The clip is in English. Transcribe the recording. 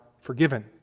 forgiven